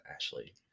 Ashley